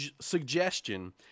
suggestion